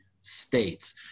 states